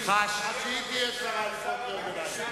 חוטובלי שהיא תקרא את קריאות הביניים.